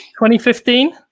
2015